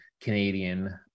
Canadian